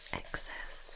excess